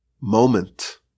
moment